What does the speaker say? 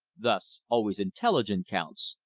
thus always intelligence counts,